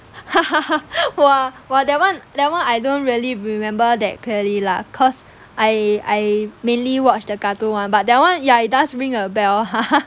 !wah! !wah! that [one] that [one] I don't really remember that clearly lah cause I I mainly watched the cartoon [one] but that [one] ya it does ring a bell